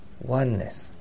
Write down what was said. oneness